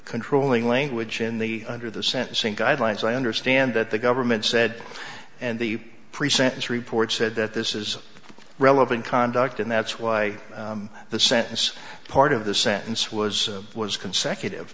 controlling language in the under the sentencing guidelines i understand that the government said and the pre sentence report said that this is relevant conduct and that's why the sentence part of the sentence was was consecutive